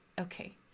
Okay